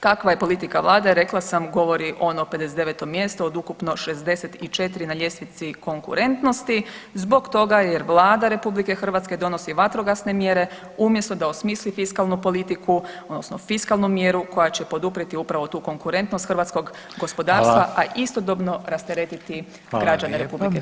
Kakva je politika Vlade rekla sam govori ono 59 mjesto od ukupno 64 na ljestvici konkurentnosti, zbog toga jer Vlada RH donosi vatrogasne mjere umjesto da osmisli fiskalnu politiku, odnosno fiskalnu mjeru koja će poduprijeti upravo tu konkurentnost hrvatskog gospodarstva, a istodobno rasteretiti građane RH.